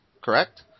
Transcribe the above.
correct